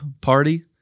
party